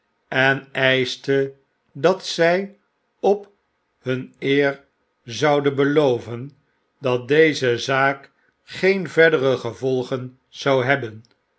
en eischte dat zy op hun eer zouden beloven dat deze zaak geen verdere gevolgen zou hebben